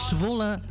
Zwolle